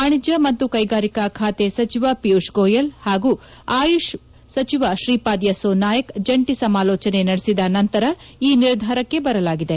ವಾಣಿಜ್ಯ ಮತ್ತು ಕ್ವೆಗಾರಿಕಾ ಖಾತೆ ಸಚಿವ ಪಿಯೂಷ್ ಗೋಯಲ್ ಮತ್ತು ಆಯುಷ್ ಸಚಿವ ಶ್ರೀಪಾದ್ ಯಸ್ಪೋ ನಾಯಕ್ ಜಂಟಿ ಸಮಾಲೋಚನೆ ನಡೆಸಿದ ನಂತರ ಈ ನಿರ್ಧಾರಕ್ಕೆ ಬರಲಾಗಿದೆ